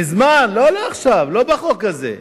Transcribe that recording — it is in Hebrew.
מזמן, לא עכשיו, לא בחוק הזה,